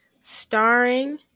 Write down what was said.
starring